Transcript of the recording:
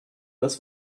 das